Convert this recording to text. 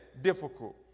difficult